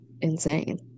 insane